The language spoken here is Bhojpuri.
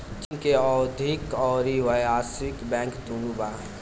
चीन के औधोगिक अउरी व्यावसायिक बैंक दुनो बा